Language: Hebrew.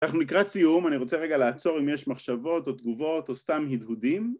אנחנו לקראת סיום אני רוצה רגע לעצור אם יש מחשבות או תגובות או סתם הידהודים